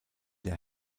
der